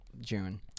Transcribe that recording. June